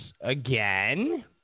again